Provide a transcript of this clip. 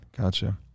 Gotcha